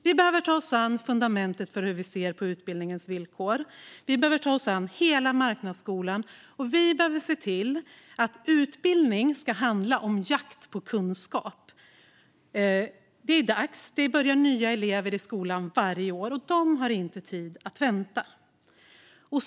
Vi behöver ta oss an fundamentet för hur vi ser på utbildningens villkor, vi behöver ta oss an hela marknadsskolan och vi behöver se till att utbildning handlar om jakt på kunskap. Det är dags. Det börjar nya elever i skolan varje år, och de har inte tid att vänta.